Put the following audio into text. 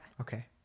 Okay